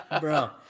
Bro